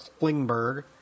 Klingberg